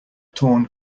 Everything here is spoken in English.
torn